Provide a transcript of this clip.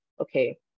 okay